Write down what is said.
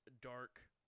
dark